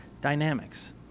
dynamics